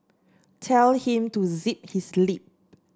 tell him to zip his lip